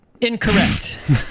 Incorrect